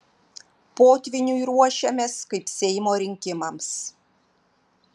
potvyniui ruošiamės kaip seimo rinkimams